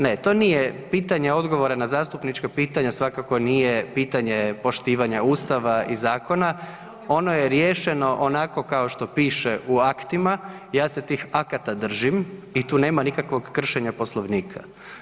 Ne, to nije pitanje odgovora, na zastupnička pitanja svakako nije pitanje poštivanje Ustava i zakona ono je riješeno onako kao što piše u aktima, ja se tih akata držim i tu nema nikakvog kršenja Poslovnika.